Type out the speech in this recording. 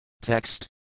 Text